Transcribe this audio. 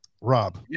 Rob